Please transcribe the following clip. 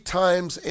times